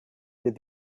did